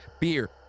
beer